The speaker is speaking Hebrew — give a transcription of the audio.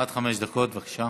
עד חמש דקות, בבקשה.